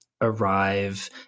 arrive